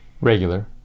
Regular